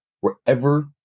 wherever